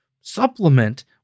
supplement